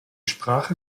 sprache